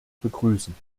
begrüßen